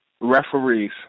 referees